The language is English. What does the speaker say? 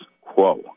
quo